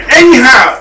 anyhow